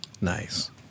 nice